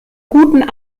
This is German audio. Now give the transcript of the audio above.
guten